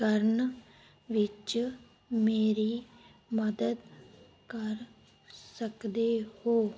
ਕਰਨ ਵਿੱਚ ਮੇਰੀ ਮਦਦ ਕਰ ਸਕਦੇ ਹੋ